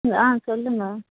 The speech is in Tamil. ஆ சொல்லுங்கள்